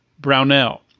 Brownell